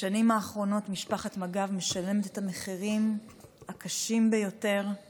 בשנים האחרונות משפחת מג"ב משלמת את המחירים הקשים ביותר על